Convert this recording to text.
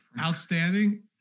outstanding